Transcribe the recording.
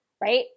right